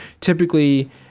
typically